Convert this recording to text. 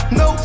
no